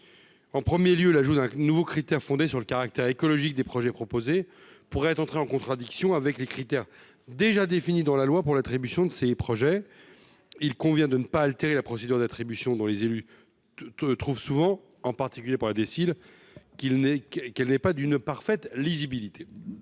en 1er lieu l'ajout d'un nouveau critère fondé sur le caractère écologique des projets proposés pourraient entrer en contradiction avec les critères déjà défini dans la loi pour l'attribution de ces projets, il convient de ne pas altérer la procédure d'attribution dont les élus te trouve souvent en particulier par déciles qu'il n'est qu'elle n'est pas d'une parfaite lisibilité.